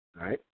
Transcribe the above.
right